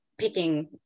picking